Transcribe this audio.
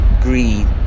greed